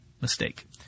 mistake